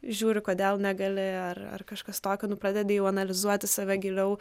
žiūri kodėl negali ar kažkas tokio tu pradedi jau analizuoti save giliau